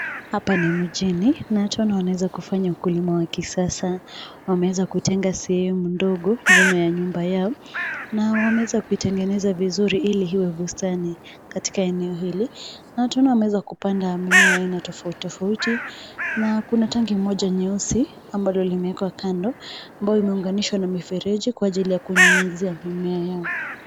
Hapa ni mjini na watu wanaweza kufanya ukulima ya kisasa. Wameweza kutenga sehemu ndogo nyuma ya nyumba yao na wameweza kutengeneza vizuri ili iwe bustani katika eneo hili na tunaona wameweza kupanda mimea ya aina tofauti tofauti na kuna tangi moja nyeusi ambalo limewekwa kando ambayo imeunganishwa na mifereji kwa ajili ya kunyunyizia mimea yao.